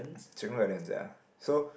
sia so